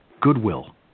Goodwill